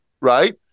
right